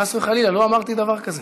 חס וחלילה, לא אמרתי דבר כזה,